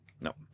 No